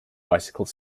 bicycle